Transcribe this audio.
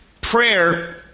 prayer